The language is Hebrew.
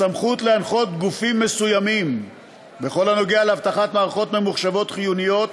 הסמכות להנחות גופים מסוימים בכל הנוגע לאבטחת מערכות ממוחשבות חיוניות